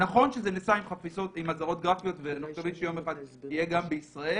נכון שזה נעשה עם אזהרות גרפיות ואני מקווה שיום אחד יהיה גם בישראל.